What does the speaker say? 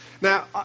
Now